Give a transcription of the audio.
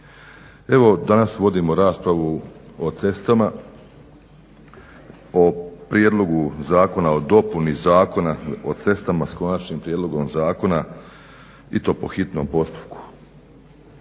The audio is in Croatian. Evo danas vodimo raspravu o cestama, o prijedlogu zakona o dopuni zakona o cestama s Konačnim prijedlogom zakona i to po hitnom postupku.